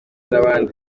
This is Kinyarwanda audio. n’abandi